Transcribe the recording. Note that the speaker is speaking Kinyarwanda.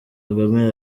kagame